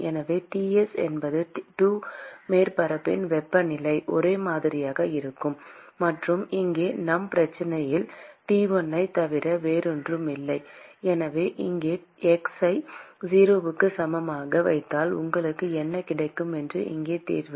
எனவே T s என்பது 2 மேற்பரப்புகளின் வெப்பநிலை ஒரே மாதிரியாக இருக்கும் மற்றும் இங்கே நம் பிரச்சனையில் T1 ஐத் தவிர வேறொன்றுமில்லை எனவே இங்கே xஐ 0க்கு சமமாக வைத்தால் உங்களுக்கு என்ன கிடைக்கும் என்பது இங்கே தீர்வு